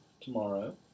tomorrow